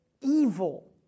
evil